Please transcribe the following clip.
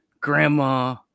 Grandma